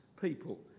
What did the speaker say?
people